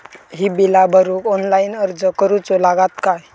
ही बीला भरूक ऑनलाइन अर्ज करूचो लागत काय?